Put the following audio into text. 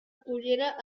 cullera